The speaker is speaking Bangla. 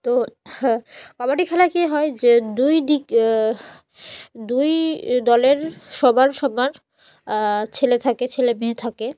তো কাবাডি খেলা কী হয় যে দুই দিক দুই দলের সমান সমান ছেলে থাকে ছেলে মেয়ে থাকে